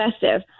festive